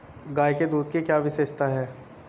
गाय के दूध की क्या विशेषता है?